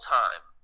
time